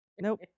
Nope